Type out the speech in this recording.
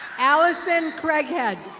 alison craighead.